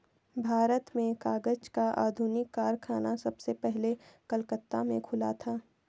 भारत में कागज का आधुनिक कारखाना सबसे पहले कलकत्ता में खुला था